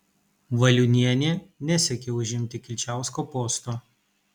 valiunienė nesiekė užimti kilčiausko posto